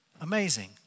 amazing